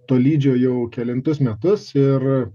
tolydžio jau kelintus metus ir